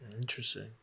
Interesting